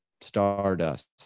stardust